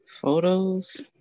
photos